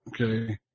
Okay